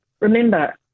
Remember